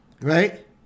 right